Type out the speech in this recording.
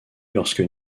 lorsque